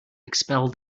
expel